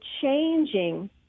changing